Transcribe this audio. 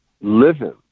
Living